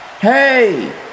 Hey